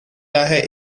daher